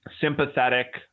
sympathetic